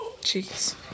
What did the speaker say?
Jeez